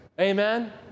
Amen